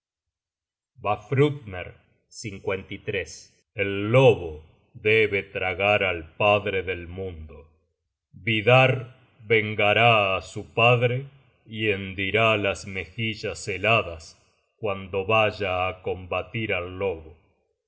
disueltas vafthrudner el lobo debe tragar al padre del mundo vidarr vengará á su padre y hendirá las mejillas heladas cuando vaya á combatir al lobo